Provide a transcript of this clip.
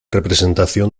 representación